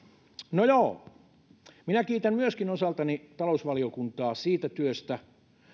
no joo kiitän myöskin osaltani talousvaliokuntaa siitä työstä